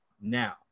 now